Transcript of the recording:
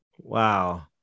wow